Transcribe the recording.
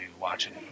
watching